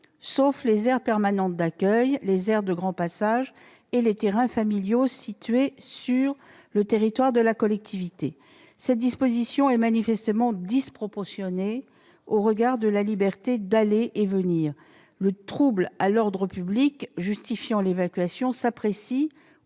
sauf les aires permanentes d'accueil, les aires de grand passage et les terrains familiaux situés sur le territoire de la collectivité. Cette disposition est manifestement disproportionnée au regard de la liberté d'aller et venir. Le trouble à l'ordre public justifiant l'évacuation s'apprécie